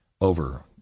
over